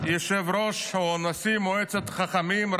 יושב-ראש או נשיא מועצת חכמים,